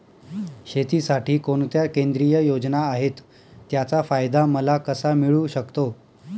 शेतीसाठी कोणत्या केंद्रिय योजना आहेत, त्याचा फायदा मला कसा मिळू शकतो?